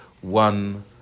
one